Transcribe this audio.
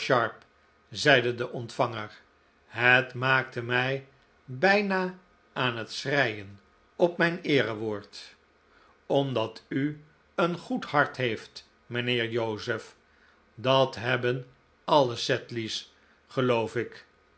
zeide de ontvanger het maakte mij bijna aan het schreien op mijn eerewoord omdat u een goed hart heeft mijnheer joseph dat hebben alle sedleys geloof ik